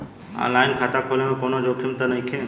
आन line खाता खोले में कौनो जोखिम त नइखे?